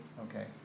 okay